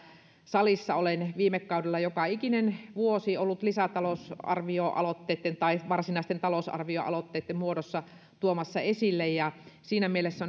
salissa olen viime kaudella joka ikinen vuosi ollut lisätalousarvioaloitteitten tai varsinaisten talousarvioaloitteitten muodossa tuomassa esille ja siinä mielessä